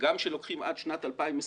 וגם כשלוקחים עד שנת 2025,